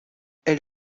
elle